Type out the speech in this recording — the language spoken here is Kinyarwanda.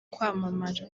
kwamamara